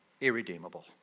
irredeemable